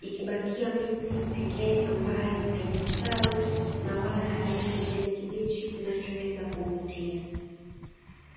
ikibakia miti pekee ambayo haijastawi, na wala haina kijani kibichi kinachoweza kuvutia.